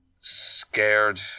scared